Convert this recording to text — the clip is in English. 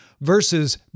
versus